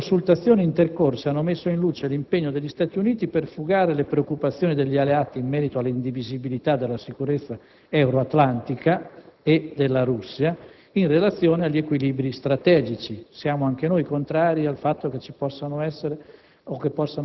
Le consultazioni intercorse hanno messo in luce l'impegno degli Stati Uniti per fugare le preoccupazioni degli alleati in merito alla indivisibilità della sicurezza euroatlantica e della Russia in relazione agli equilibri strategici. Siamo anche noi contrari al fatto che possano essere